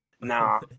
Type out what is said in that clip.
Nah